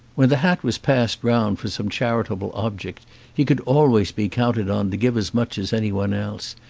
when the hat was passed round for some char itable object he could always be counted on to give as much as anyone else,